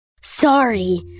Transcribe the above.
Sorry